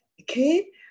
okay